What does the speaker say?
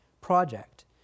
project